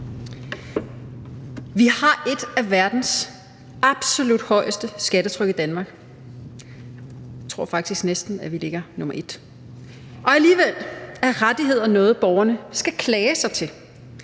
Vi har et af verdens absolut højeste skattetryk i Danmark. Jeg tror faktisk næsten, at vi ligger nummer et. Alligevel er rettigheder noget borgerne skal klage sig til.